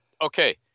okay